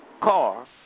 Car